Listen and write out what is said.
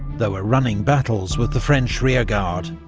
there were running battles with the french rearguard,